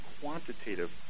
quantitative